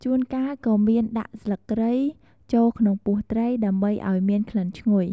ជួនកាលក៏មានដាក់ស្លឹកគ្រៃ ចូលក្នុងពោះត្រី ដើម្បីឱ្យមានក្លិនឈ្ងុយ។